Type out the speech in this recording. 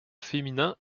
féminin